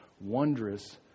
wondrous